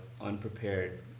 unprepared